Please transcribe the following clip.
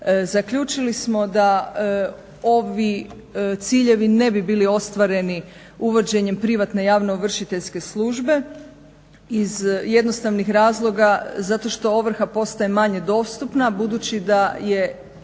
Zaključili smo da ovi ciljevi ne bi bili ostvareni uvođenjem privatne javnoovršiteljske službe iz jednostavnih razloga zato što ovrha postaje manje dostupna budući da je